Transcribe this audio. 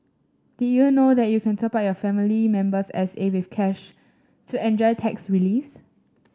did you know that you can top up your family member's S A with cash to enjoy tax reliefs